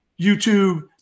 YouTube